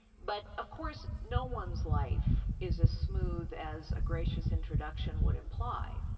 but of course no one's life is as smooth as a gracious introduction would imply.